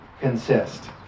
consist